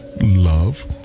love